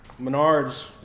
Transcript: Menards